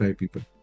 people